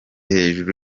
hejuru